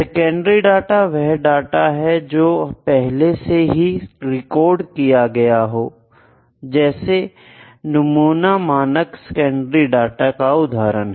secondary data वह data है जो पहले से ही रिकॉर्ड किया गया हो जैसे कि नमूना मानक सेकेंडरी डाटा का उदाहरण है